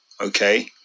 Okay